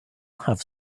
have